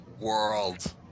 world